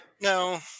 No